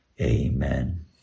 Amen